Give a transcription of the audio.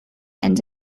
and